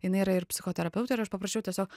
jinai yra ir psichoterapeutė ir aš paprašiau tiesiog